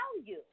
value